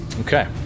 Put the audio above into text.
Okay